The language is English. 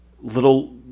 little